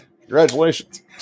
congratulations